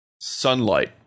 Sunlight